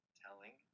telling